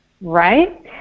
Right